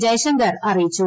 ജയ്ശങ്കർ അറിയിച്ചു